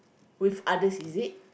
with other's is it